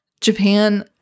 Japan